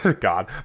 God